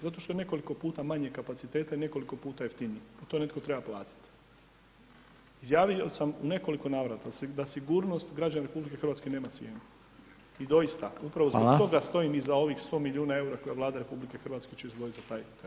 Zato što je nekoliko puta manjeg kapaciteta i nekoliko puta jeftiniji, to netko treba platiti, izjavio sam u nekoliko navrata da sigurnost građana RH nema cijenu i doista upravo zbog toga [[Upadica: Hvala.]] stojim iza ovih 100 milijuna EUR-a koje Vlada RH će izdvojit za taj terminal.